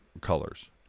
Colors